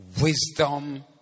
wisdom